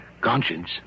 conscience